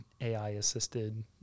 AI-assisted